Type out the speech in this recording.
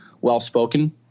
well-spoken